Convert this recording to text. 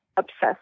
Obsessed